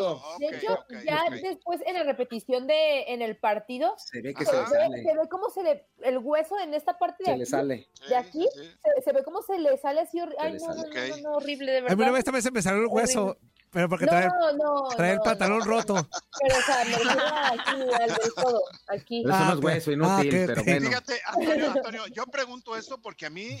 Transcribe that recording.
Ah, De ok, hecho, ok, ya ok. después en la repetición de- en el partido, Se ve que se Ajá. se le ve- sale. se ve cómo se le- el hueso en esta parte de Se le aquí, sale. de Sí, sí, aquí, sí. se- se ve cómo se le sale así hor- Se ay, le no, no, sale. no, no, Ok. no, horrible, de A mí, bueno, verdad. esta vez se me salió el Horrible. hueso, pero porque traía- No, no, traía el no, no. pantalón roto. Pero, o sea, me queda aquí, al del todo, aquí. Ah, Pero eso no es ok. hueso Ah, inútil, ok, pero ok. bueno. Fíjate, Antonio, Antonio, yo pregunto esto porque a mí